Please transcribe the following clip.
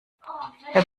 herr